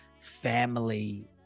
family